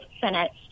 finished